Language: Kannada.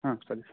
ಹಾಂ ಸರಿ ಸರ್